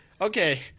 Okay